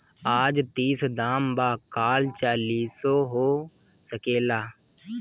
आज तीस दाम बा काल चालीसो हो सकेला